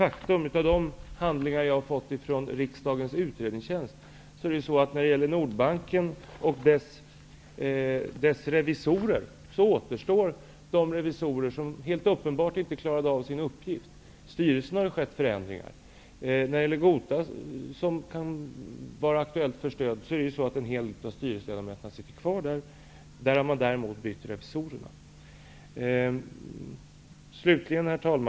Av de handlingar som jag har fått från riksdagens utredningstjänst framgår att de revisorer i Nordbanken som alldeles uppenbart inte klarade sin uppgift finns kvar på sina poster. I styrelsen har det skett förändringar. I Gota, som kan vara aktuell för stöd, sitter en hel del av styrelseledamöterna kvar, men däremot inte revisorerna.